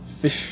fish